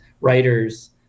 writers